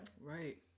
Right